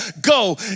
go